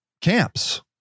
camps